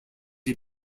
had